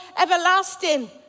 everlasting